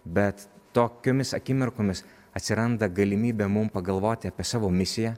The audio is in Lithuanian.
bet tokiomis akimirkomis atsiranda galimybė mum pagalvoti apie savo misiją